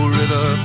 river